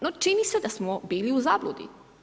No čini se da smo bili u zabludi.